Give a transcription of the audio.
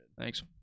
Thanks